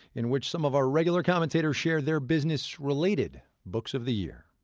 in which some of our regular commentators share their business-related books of the year.